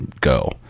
go